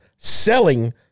selling